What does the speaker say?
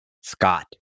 Scott